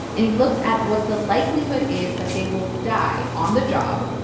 and he looks at what the likelihood is that they will die on the job,